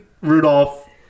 Rudolph